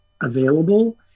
available